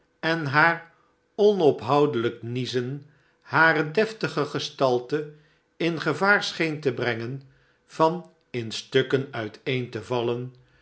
en haar onophoudelijk niezen hare deftige gestalte in gevaar scheen te brengen van in stukken uiteen te vallen